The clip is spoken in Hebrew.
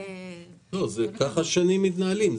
כך מתנהלים במשך שנים.